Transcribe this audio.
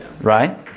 right